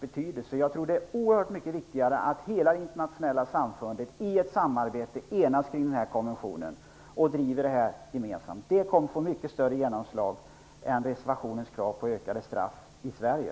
Jag tror att det är oerhört mycket viktigare att hela det internationella samfundet i ett samarbete enas kring denna konvention och driver det här gemensamt. Det kommer att få mycket större genomslag än reservationens krav på ökade straff i Sverige.